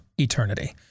eternity